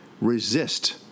resist